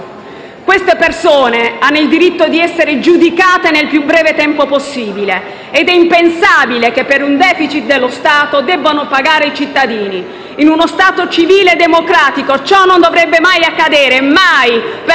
Queste persone hanno il diritto di essere giudicate nel più breve tempo possibile ed è impensabile che, per un *deficit* dello Stato, debbano pagare i cittadini. In uno Stato civile e democratico ciò non dovrebbe mai accadere, mai, per nessun motivo